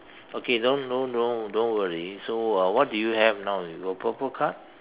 okay don't don't don't don't worry so uh what do you have now you got purple card